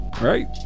right